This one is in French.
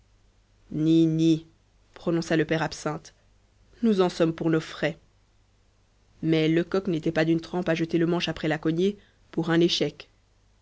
prononça le père absinthe nous en sommes pour nos frais mais lecoq n'était pas d'une trempe à jeter le manche après la cognée pour un échec